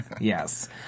Yes